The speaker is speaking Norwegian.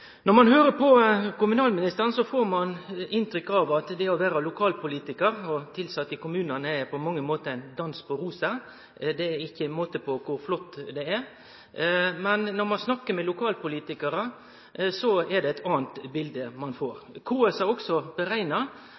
Når ein høyrer på kommunalministeren, får ein inntrykk av at det å vere lokalpolitikar og tilsett i kommunane på mange måtar er ein dans på roser. Det er ikkje måte på kor flott det er. Men når ein snakkar med lokalpolitikarar, er det eit anna bilete ein får. KS har berekna